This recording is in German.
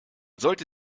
sollte